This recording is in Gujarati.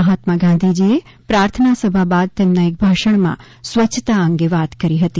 મહાત્મા ગાંધીજીએ પ્રાર્થના સભા બાદ તેમના એક ભાષણમાં સ્વચ્છતા અંગે વાત કરી હતી